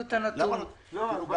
לא, דיברנו על מה הסיבות לעררים.